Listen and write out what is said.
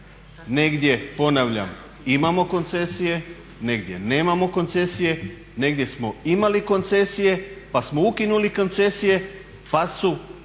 negdje, ponavljam, imamo koncesije, negdje nemamo koncesije, negdje smo imali koncesije pa smo ukinuli koncesije pa su